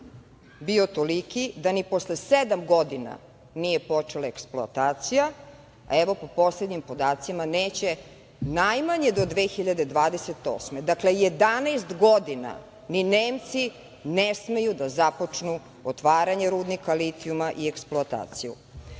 bio toliki da ni posle sedam godina nije počela eksploatacija, a evo po poslednjim podacima neće najmanje do 2028. godine. Dakle, 11 godina ni Nemci ne smeju da započnu otvaranje rudnika litijuma i eksploataciju. Tako